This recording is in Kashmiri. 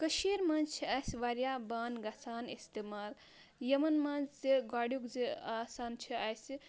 کٔشیٖرِ منٛز چھِ اَسہِ واریاہ بانہٕ گَژھان اِستعمال یِمَن منٛز زِ گۄڈینُک زِ آسان چھُ اَسہِ